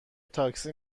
تاکسی